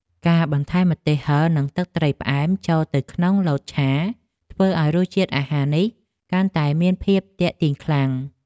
ការបន្ថែមម្ទេសហឹរនិងទឹកត្រីផ្អែមចូលទៅក្នុងលតឆាធ្វើឱ្យរសជាតិអាហារនេះកាន់តែមានភាពទាក់ទាញខ្លាំង។